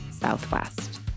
Southwest